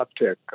uptick